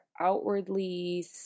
outwardly